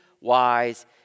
wise